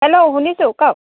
hello শুনিছোঁ কওক